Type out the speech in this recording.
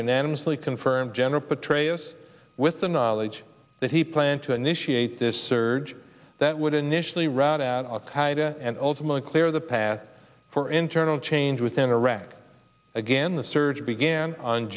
unanimously confirmed general petraeus with the knowledge that he planned to initiate this surge that would in usually rot at al qaeda and ultimately clear the path for internal change within iraq again the surge began on